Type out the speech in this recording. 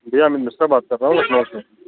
जी अमित मिश्रा बात कर रहा हूँ लखनऊ से